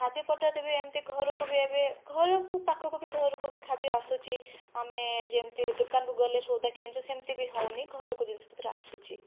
ଖାଦ୍ୟ ପଦାର୍ଥ ବି ଏମିତି ଘରକୁ ବି ଏବେ ଘରକୁ ପାଖକୁ ବି ଘରକୁ ବି ଖାଦ୍ୟ ଅସୁଛି ଆମେ ଯେମିତି ଦୋକାନକୁ ଗଲେ ସଉଦା କିଣୁଛୁ ସେମିତି ବି ହେଉନି ଘରକୁ ଜିନିଷ ପତ୍ର ଆସୁଛି